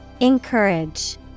Encourage